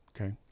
Okay